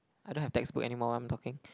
I don't have textbook anymore what am I talking